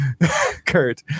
Kurt